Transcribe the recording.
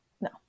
No